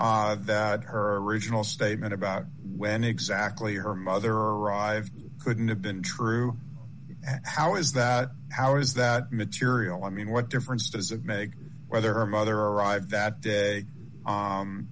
that her original statement about when exactly her mother arrived couldn't have been true how is that how is that material i mean what difference does it make whether a mother arrived that day